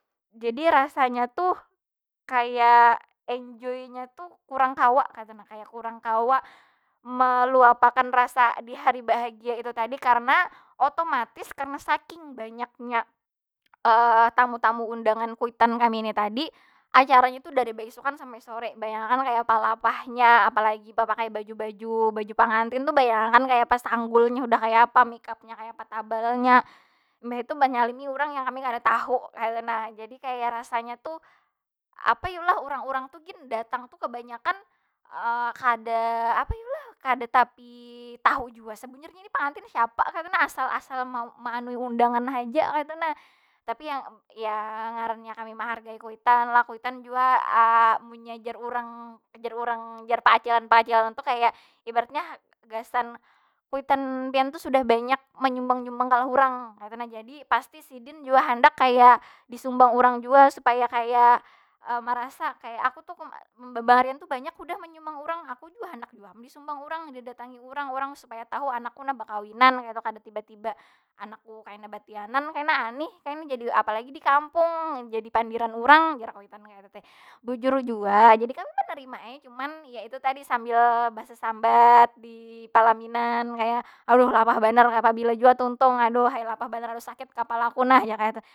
Jadi rasanya tuh kaya enjoynya tuh kurang kawa kaytu nah. Kaya kurang kawa, meluapakan rasa di hari bahagia itu tadi. Karena, otomatis karena saking banyaknya tamu- tamu undangan kuitan kami nih tadi. Acaranya tu dari baisukan sampe sore. Bayang akan kaya apa lapahnya, apa lagi bepakai baju- baju- baju pengantin tuh bayang akan kaya apa sanggulnya. Udah kaya apa make upnya, kaya apa tabalnya. Mbah itu manyalimi urang yang kami kada tahu kaytu nah. Jadi kaya rasanya tu, apa yu lah urang- urang tu gin, datang tu kebanyakan kada, apa yu lah? Kada tapi tahu jua sabujurnya ini pengantin siapa kaytu nah. Asal- asal meanui undangan haja kaytu nah. Tapi ya- ya ngarannya kami mehargai kuitan lah, kuitan jua munnya jar urang, jar urang jar paacilan- paacilan tuh kaya, ibaratnya gasan kuitan pian tuh sudah banyak menyumbang- nyumbang kalah urang kaytu nah. Jadi pasti sidin jua handak kaya disumbang urang jua supaya kaya merasa kaya aku tu membebarian tu banyak udah menyumbang urang. Aku jua handak jua am disumbang urang, didatangi urang. Urang supaya tahu anakku nah bakawinan kaytu kada tiba- tiba anakku batianan kena anih kena. apalagi di kampung jadi pandiran urang, jar kuitan kaytu teh. Bujur jua, jadi kami menerima ai. Cuman ya itu tadi sambil basasambat, di palaminan. Kaya, aduh lapah banar lah, pabila jua tuntung? Aduh ai lapah banar, aduh sakit kapala ku nah, jar kaytu.